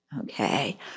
okay